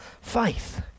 faith